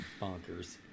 bonkers